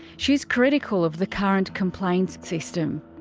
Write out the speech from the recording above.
she is critical of the current complaints system.